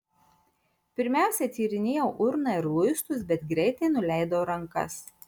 pirmiausia tyrinėjau urną ir luistus bet greitai nuleidau rankas